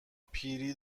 پیری